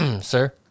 Sir